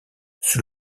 sous